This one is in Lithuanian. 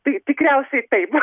tai tikriausiai taip